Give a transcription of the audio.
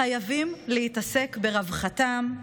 חייבים להתעסק ברווחתם,